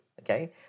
okay